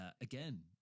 again